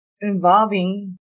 involving